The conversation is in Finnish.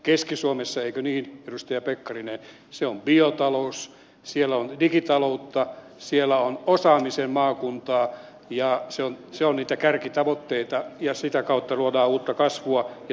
keski suomessa eikö niin edustaja pekkarinen se on biotalous siellä on digitaloutta siellä on osaamisen maakuntaa ja se on niitä kärkitavoitteita ja sitä kautta luodaan uutta kasvua ja työllisyyttä